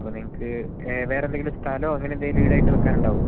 അപ്പം നിങ്ങൾക്ക് വേറെ എന്തെങ്കിലും സ്ഥലമോ അങ്ങനെ എന്തേലും ഈടായിട്ട് വെക്കാനുണ്ടാവോ